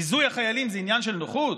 ביזוי החיילים זה עניין של נוחות?